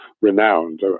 renowned